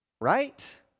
Right